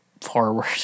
forward